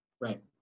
Right